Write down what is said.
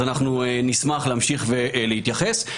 נשמח להמשיך להתייחס.